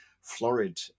florid